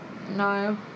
No